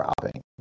dropping